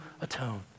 atone